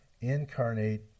incarnate